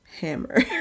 hammer